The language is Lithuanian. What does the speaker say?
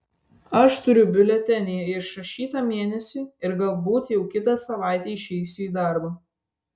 aš turiu biuletenį išrašytą mėnesiui ir galbūt jau kitą savaitę išeisiu į darbą